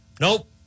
Nope